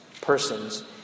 persons